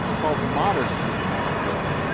called modern economic growth.